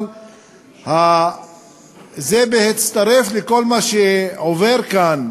אבל זה מצטרף לכל מה שעובר כאן